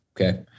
Okay